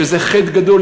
שזה חטא גדול,